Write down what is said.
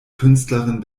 künstlerin